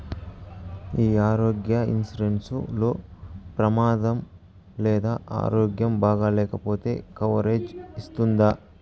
ఈ ఆరోగ్య ఇన్సూరెన్సు లో ప్రమాదం లేదా ఆరోగ్యం బాగాలేకపొతే కవరేజ్ ఇస్తుందా?